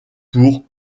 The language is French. pour